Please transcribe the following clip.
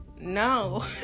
No